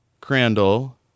Crandall